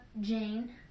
Jane